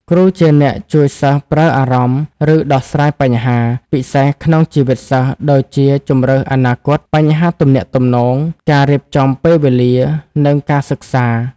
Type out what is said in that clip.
គ្រូជាអ្នកជួយសិស្សប្រើអារម្មណ៍ ឬដោះស្រាយបញ្ហា ពិសេសក្នុងជីវិតសិស្ស ដូចជាជម្រើសអនាគត បញ្ហាទំនាក់ទំនង ការរៀបចំពេលវេលា និងការសិក្សា។